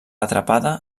atrapada